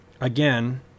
again